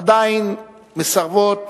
עדיין מסרבות